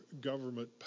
government